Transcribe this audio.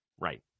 Right